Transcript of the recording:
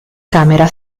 camera